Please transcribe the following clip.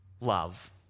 love